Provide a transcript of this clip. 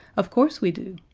of course we do.